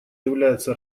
является